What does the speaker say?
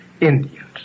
Indians